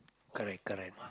correct correct